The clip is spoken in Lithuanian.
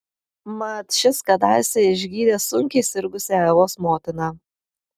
mat šis kadaise išgydė sunkiai sirgusią evos motiną